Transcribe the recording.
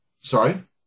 Sorry